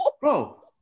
Bro